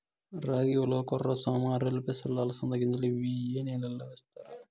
రాగి, ఉలవ, కొర్ర, సామ, ఆర్కెలు, పెసలు, అలసంద గింజలు ఇవి ఏ నెలలో వేస్తారు?